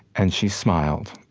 and she smiled,